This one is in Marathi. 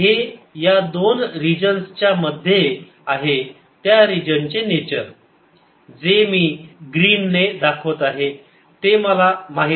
हे या दोन रीजन्स च्या मध्ये आहे त्या रिजनचे नेचर जे मी ग्रीन ने दाखवत आहे ते मला माहित नाही